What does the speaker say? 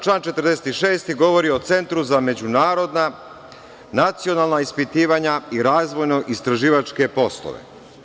Član 46. govori o Centru za međunarodna nacionalna ispitivanja i razvojno-istraživačke poslove.